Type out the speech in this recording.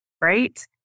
right